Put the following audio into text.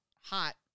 hot